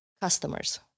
Customers